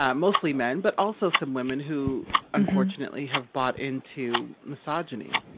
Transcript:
ah mostly men, but also some women who unfortunately have bought into misogyny.